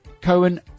cohen